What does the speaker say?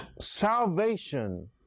salvation